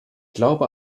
glaube